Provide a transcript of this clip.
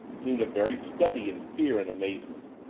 seemed a very study in fear and amazement.